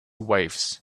waves